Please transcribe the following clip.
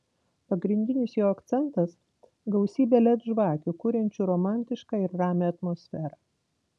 pagrindinis jo akcentas gausybė led žvakių kuriančių romantišką ir ramią atmosferą